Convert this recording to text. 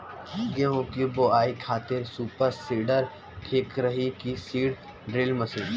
गेहूँ की बोआई खातिर सुपर सीडर ठीक रही की सीड ड्रिल मशीन?